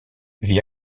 vit